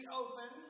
open